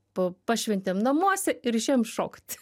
pa pašventėm namuose ir išėjom šokt